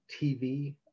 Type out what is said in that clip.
TV